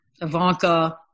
Ivanka